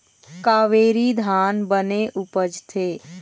कावेरी धान बने उपजथे?